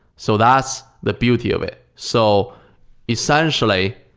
so that's the beauty of it. so essentially,